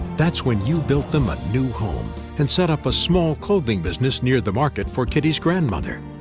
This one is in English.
that's when you built them a new home and set up a small clothing business near the market for kitty's grandmother.